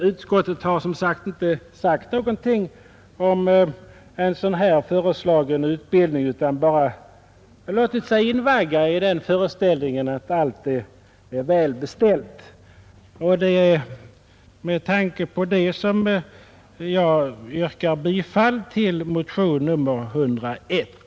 Utskottet har som sagt inte skrivit någonting om den föreslagna utbildningen utan bara låtit sig invaggas i den föreställningen att allt är väl beställt. Det är med tanke på detta, herr talman, som jag yrkar bifall till motionen 101.